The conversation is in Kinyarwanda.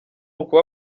ukuba